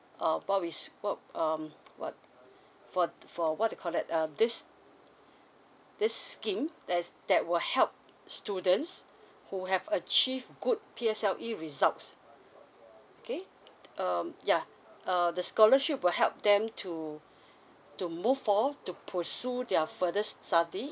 err what we s~ what um what for for what they call that um this this scheme there's that will help students who have achieve good P_S_L_E results okay um yeah err the scholarship will help them to to move for to pursue their further study